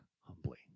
humbly